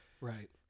Right